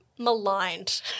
maligned